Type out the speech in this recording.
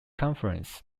conference